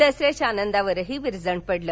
दसऱ्याच्या आनंदावरही विरजण पडलं